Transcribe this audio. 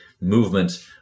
movement